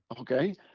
Okay